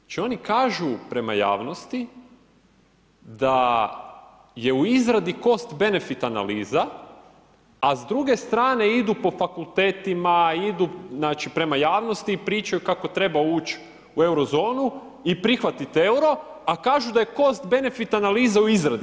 Znači oni kažu prema javnosti da je u izradi Cost benefit analiza, a s druge strane idu po fakultetima, idu prema javnosti i pričaju kako treba uć u Eurozonu i prihvatiti euro, a kažu da je Cost benefit analiza u izradi.